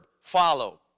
follow